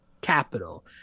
capital